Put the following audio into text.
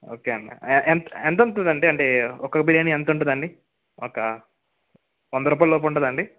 okay అండి ఎం ఎంత్ ఎంత ఉంటుంది అండి అంటే అంటే ఒక్కొక్క బిర్యానీ ఎంత ఉంటుంది అండి ఒక వంద రూపాయల లోపు ఉంటుందా అండి